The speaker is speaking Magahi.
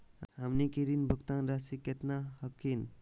हमनी के ऋण भुगतान रासी केतना हखिन?